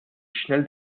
schnell